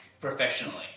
professionally